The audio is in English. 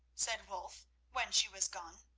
said wulf when she was gone.